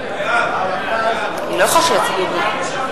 בעד מאיר שטרית, נגד נחמן שי, נגד סילבן שלום,